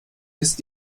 ist